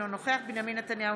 אינו נוכח בנימין נתניהו,